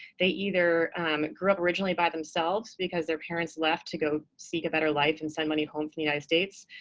they either grew up originally by themselves because their parents left to go seek a better life and send money home to the united states,